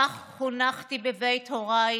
כך חונכתי בבית הוריי,